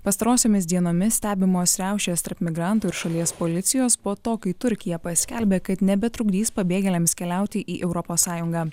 pastarosiomis dienomis stebimos riaušės tarp migrantų ir šalies policijos po to kai turkija paskelbė kad nebetrukdys pabėgėliams keliauti į europos sąjungą